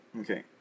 Okay